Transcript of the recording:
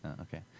Okay